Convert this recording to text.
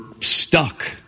stuck